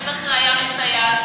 צריך ראיה מסייעת,